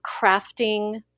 crafting